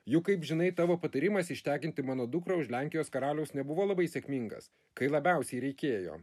juk kaip žinai tavo patarimas ištekinti mano dukrą už lenkijos karaliaus nebuvo labai sėkmingas kai labiausiai reikėjo